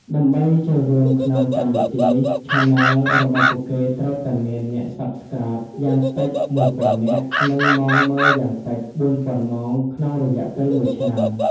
ដើម្បីចូលរួមក្នុងកម្មវិធីនេះ Channel របស់ពួកគេត្រូវតែមានអ្នក Subscribe យ៉ាងតិច ១,០០០នាក់ និងម៉ោងមើលយ៉ាងតិច ៤,០០០ម៉ោងក្នុងរយៈពេលមួយឆ្នាំ។